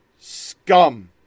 scum